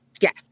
Yes